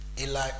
Eli